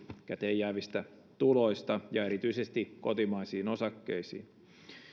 käteen jäävistä tuloista osakkeisiin ja erityisesti kotimaisiin osakkeisiin